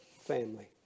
family